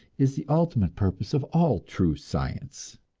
is the ultimate purpose of all true science.